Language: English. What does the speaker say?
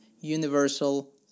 universal